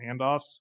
handoffs